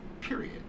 Period